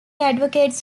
advocates